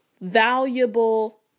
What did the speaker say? valuable